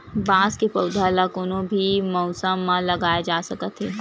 बांस के पउधा ल कोनो भी मउसम म लगाए जा सकत हे